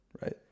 right